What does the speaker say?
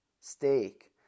steak